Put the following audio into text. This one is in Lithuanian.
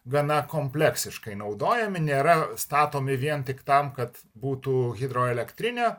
gana kompleksiškai naudojami nėra statomi vien tik tam kad būtų hidroelektrinė